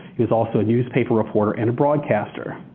he was also a newspaper reported and a broadcaster.